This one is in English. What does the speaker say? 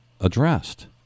addressed